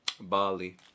Bali